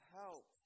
help